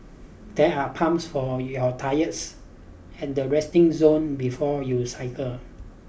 there are pumps for your tyres and the resting zone before you cycle